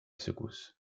secousse